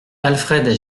alfred